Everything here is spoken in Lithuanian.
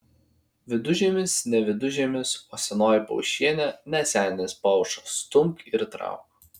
vidužiemis ne vidužiemis o senoji paušienė ne senis pauša stumk trauk